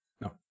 No